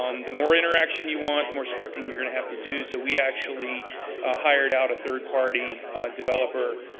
um the more interaction you want, the more scripting you're going to have to do. so, we actually hired out a third party developer